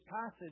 passage